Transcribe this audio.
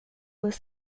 was